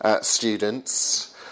students